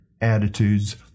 attitudes